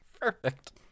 Perfect